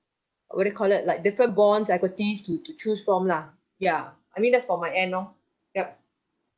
what do you call it like different bonds equities to to choose from lah ya I mean that's for my end lor yup